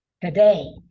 today